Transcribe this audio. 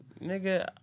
nigga